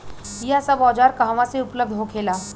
यह सब औजार कहवा से उपलब्ध होखेला?